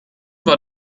war